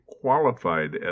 qualified